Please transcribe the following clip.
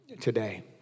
today